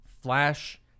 Flash